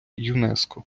юнеско